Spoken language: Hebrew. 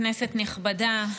כנסת נכבדה,